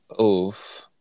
Oof